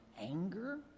anger